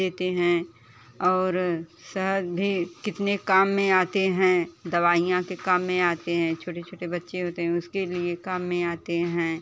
देते हैं और शहद भी कितने काम में आते हैं दवाइयाँ के काम में आते हैं छोटे छोटे बच्चे होते हैं उसके लिए काम में आते हैं